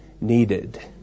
needed